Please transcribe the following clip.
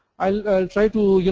ah try to, you